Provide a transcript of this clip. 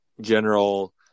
general